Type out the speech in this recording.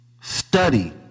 study